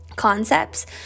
Concepts